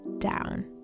down